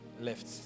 Left